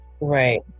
Right